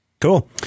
Cool